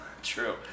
true